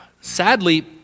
sadly